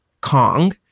Kong